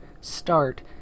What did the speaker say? start